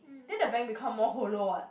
then the bank become more hollow what